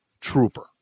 Trooper